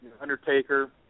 Undertaker